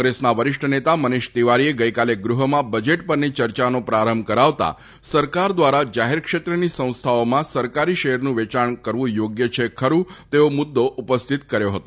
કોંગ્રેસના વરિષ્ઠ નેતા મનીષ તિવારીએ ગઈકાલે ગૃહમાં બજેટ પરની યર્યાનો પ્રારંભ કરાવતા સરકાર દ્વારા જાહેર ક્ષેત્રની સંસ્થાઓમાં સરકારી શેરનું વેચાણ કરવું યોગ્ય છે ખરૂં તેવો મુદ્દો ઉપસ્થીત કર્યો હતો